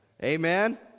Amen